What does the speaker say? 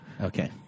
Okay